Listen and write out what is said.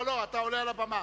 אתה עולה על הבמה,